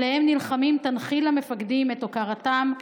שעליהם נלחמים תנחיל למפקדים את הוקרתם,